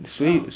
ya